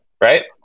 Right